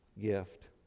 gift